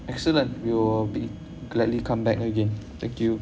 excellent we will be gladly come back again thank you